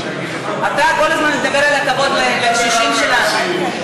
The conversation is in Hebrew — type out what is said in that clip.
אתה כל הזמן מדבר על הטבות לקשישים שלנו.